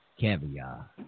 caviar